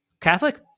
Catholic